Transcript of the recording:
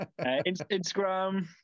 Instagram